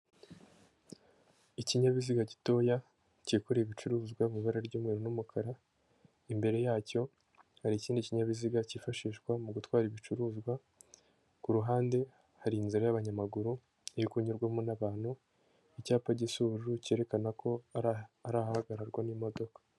Ikinyabiziga gitoya cyikoreye ibicuruzwa mu ibara ry'umweru n'umukara, imbere yacyo hari ikindi kinyabiziga cyifashishwa mu gutwara ibicuruzwa, ku ruhande hari inzira y'abanyamaguru, iri kunyurwamo n'abantu, icyapa gisa ubururu cyerekana ko ari ahahagararwa n'imodoka.